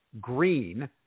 green